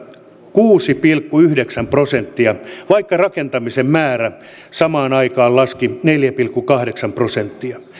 kuusi pilkku yhdeksän prosenttia vuonna kaksituhattakaksitoista vaikka rakentamisen määrä samaan aikaan laski neljä pilkku kahdeksan prosenttia